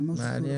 מעניין.